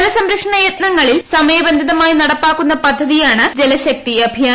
ജല സംരക്ഷണ യത്നങ്ങളിൽ സമയബന്ധിതമായി നടപ്പിലാക്കുന്ന പദ്ധതിയാണ് ജൽശക്തി അഭ്ദിയാൻ